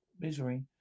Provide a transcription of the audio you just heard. misery